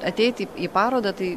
ateiti į į parodą tai